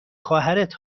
خواهرت